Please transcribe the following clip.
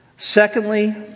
Secondly